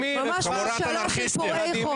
ממש ממשלה של פורעי חוק.